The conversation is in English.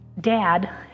dad